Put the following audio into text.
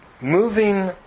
moving